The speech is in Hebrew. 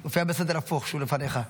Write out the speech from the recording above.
שהוא לפניך.